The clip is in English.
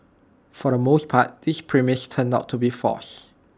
for the most part this premise turned out to be false